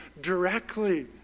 directly